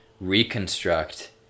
reconstruct